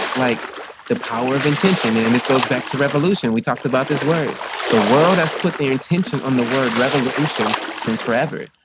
like the power of intention and and this goes back to revolution. we talked about this word the world has put their intention on the word revolution since forever.